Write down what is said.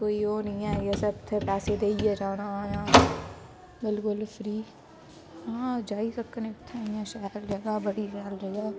कोई ओह् नी ऐ कि असें उत्थें पैसे देइयै जाना जां बिलकुल फ्री हां जाई सकने उत्थैं इ'यां शैल जगह बड़ी शैल जगह ऐ